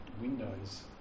Windows